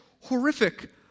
horrific